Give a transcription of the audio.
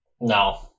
No